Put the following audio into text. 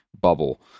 bubble